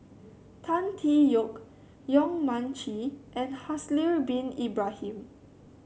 Tan Tee Yoke Yong Mun Chee and Haslir Bin Ibrahim